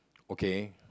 okay